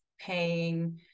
paying